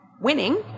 winning